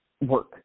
work